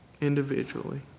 individually